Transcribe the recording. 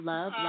Love